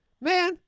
Man